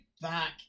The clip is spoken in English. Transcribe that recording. back